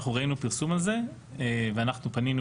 אנחנו ראינו פרסום על זה ואנחנו פנינו